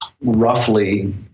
roughly